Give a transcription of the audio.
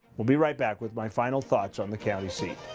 we'll be right back with my final thoughts on the county seat.